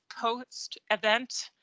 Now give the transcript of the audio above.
post-event